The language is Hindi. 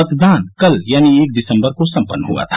मतदान कल यानी एक दिसम्बर को सम्पन्न हुआ था